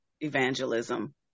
evangelism